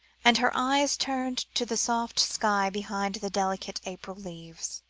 and her eyes turned to the soft sky behind the delicate april leaves